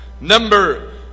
Number